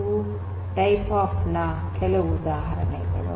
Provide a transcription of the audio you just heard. ಇವು ಟೈಪ್ಆಫ್ ನ ಕೆಲವು ಉದಾಹರಣೆಗಳು